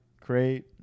create